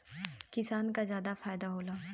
किसान क जादा फायदा होला